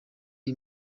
iyi